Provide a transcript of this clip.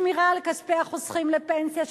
שמירה על כספי החוסכים לפנסיה,